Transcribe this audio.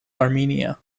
armenia